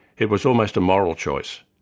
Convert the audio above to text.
it was almost a moral choice.